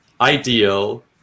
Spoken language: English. Ideal